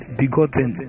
begotten